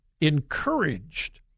encouraged